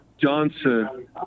Johnson